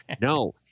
No